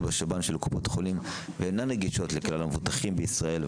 בשב"ן של קופות החולים אינן נגישות לכלל המבוטחים בישראל,